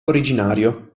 originario